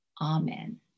Amen